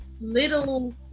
little